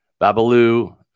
Babalu